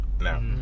now